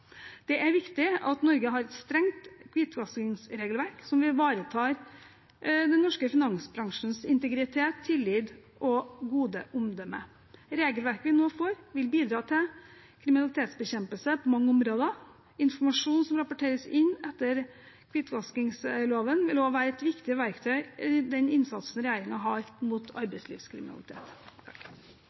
Det er viktig at Norge har et strengt hvitvaskingsregelverk som ivaretar den norske finansbransjens integritet, tillit og gode omdømme. Regelverket vi nå får, vil bidra til kriminalitetsbekjempelse på mange områder. Informasjon som rapporteres inn etter hvitvaskingsloven, vil også være et viktig verktøy i den innsatsen regjeringen har mot arbeidslivskriminalitet.